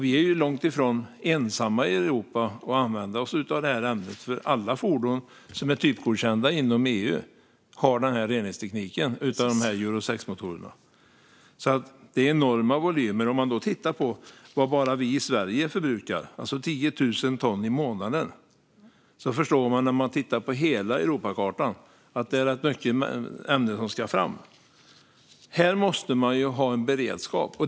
Vi är också långt ifrån ensamma i Europa om att använda oss av detta ämne. Alla fordon med Euro 6-motorer som är typgodkända inom EU har den här reningstekniken. Det är alltså enorma volymer. Bara i Sverige förbrukar vi 10 000 ton i månaden. Då förstår man, när man tittar på hela Europakartan, att det är rätt mycket av ämnet som ska fram. Här måste man ha en beredskap.